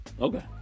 Okay